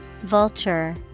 Vulture